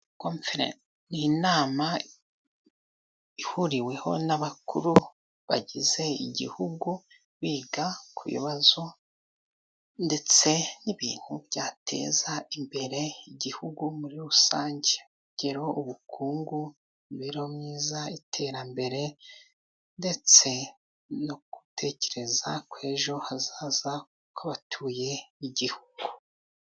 Ni inama ihuriweho n'abakuru bagize igihugu, biga ku bibazo ndetse n'ibintu byateza imbere igihugu muri rusange. Urugero: ubukungu, imibereho myiza, iterambere, ndetse no gutekereza kuri ejo hazaza kw'abatuye igihugu.